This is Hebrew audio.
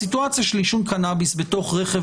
הסיטואציה של עישון קנאביס בתוך רכב,